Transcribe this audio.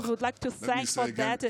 ואנו אסירי תודה על כך.